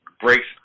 breaks